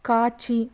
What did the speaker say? காட்சி